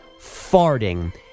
farting